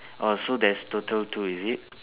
orh so there is total two is it